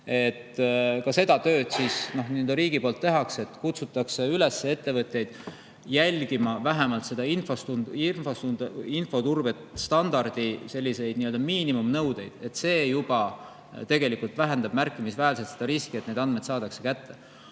Ka seda tööd riigi poolt tehakse ehk kutsutakse üles ettevõtteid järgima vähemalt infoturbestandardi nii-öelda miinimumnõudeid. Juba see tegelikult vähendab märkimisväärselt riski, et need andmed saadakse kätte.